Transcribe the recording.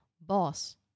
boss